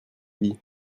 dis